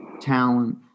talent